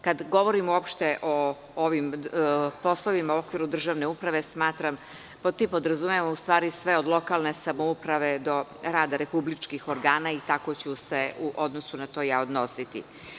Kada govorim uopšte o poslovima u okviru državne uprave, pod tim podrazumevam u stvari sve od lokalne samouprave do rada republičkih organa i tako ću se u odnosu na to ja odnositi.